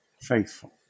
faithful